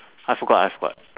I forgot I forgot